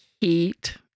heat